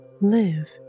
Live